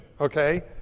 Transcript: Okay